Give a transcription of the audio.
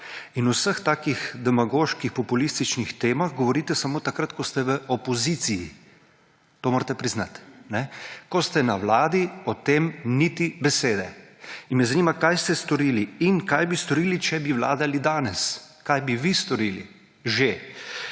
in vseh takih demagoških populističnih temah govorite samo takrat, ko ste v opoziciji. To morate priznati. Ko ste na vladi, o tem niti besede. In me zanima, kaj ste storili. In kaj bi storili, če bi vladali danes? Kaj bi vi že storili? In